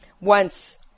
Once